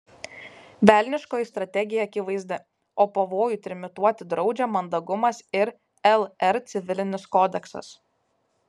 velniškoji strategija akivaizdi o pavojų trimituoti draudžia mandagumas ir lr civilinis kodeksas